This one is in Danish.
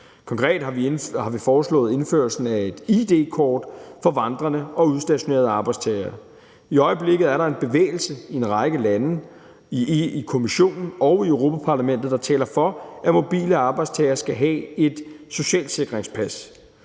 Konkret har vi foreslået indførelsen af et id-kort for vandrende og udstationerede arbejdstagere. I øjeblikket er der en bevægelse i en række lande, i Kommissionen og i Europa-Parlamentet, der taler for, at mobile arbejdstagere skal have et socialsikringspas;